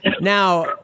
now